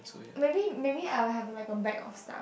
maybe maybe I will have like a bag of stuff